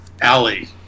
alley